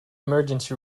emergency